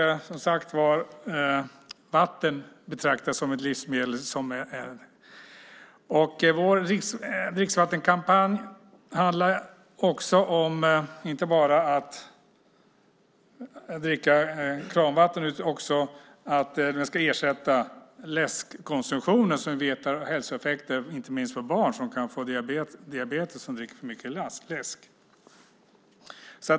Vatten betraktas som ett livsmedel. Vår dricksvattenkampanj handlar inte bara om att man ska dricka kranvatten utan också om att vatten ska ersätta läskkonsumtionen, som vi vet har hälsoeffekter inte minst på barn. De kan få diabetes om de dricker för mycket läsk.